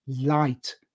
light